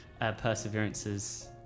Perseverance's